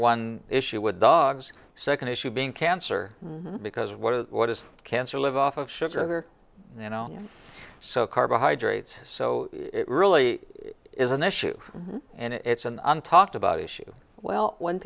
one issue with dogs second issue being cancer because what or what is cancer live off of sugar you know so carbohydrates so it really is an issue and it's an i'm talked about issue well when